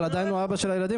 אבל עדיין הוא האבא של הילדים.